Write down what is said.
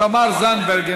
תמר זנדברג,